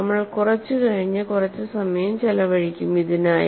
നമ്മൾ കുറച്ച് കഴിഞ്ഞ് കുറച്ച് സമയം ചിലവഴിക്കും ഇതിനായി